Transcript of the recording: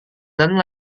dan